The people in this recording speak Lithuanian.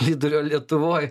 vidurio lietuvoj